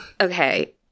okay